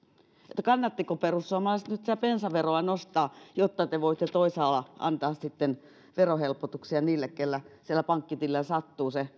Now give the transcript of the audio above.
että kannattiko perussuomalaiset nyt sitä bensaveroa nostaa jotta te voitte toisaalla antaa verohelpotuksia niille keillä siellä pankkitileillä sattuu se